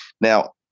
now